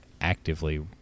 actively